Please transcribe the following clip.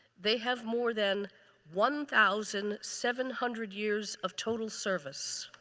they have more than one thousand seven hundred years of total service.